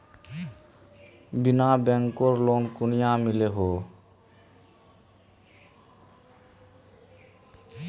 बिना बैंकेर लोन कुनियाँ मिलोहो होबे?